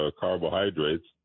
carbohydrates